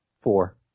Four